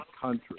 country